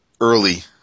early